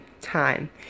time